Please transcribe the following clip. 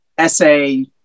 essay